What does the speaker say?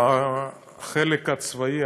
בחלק הצבאי,